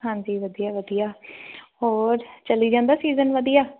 ਹਾਂਜੀ ਵਧੀਆ ਵਧੀਆ ਹੋਰ ਚਲੀ ਜਾਂਦਾ ਸੀਜ਼ਨ ਵਧੀਆ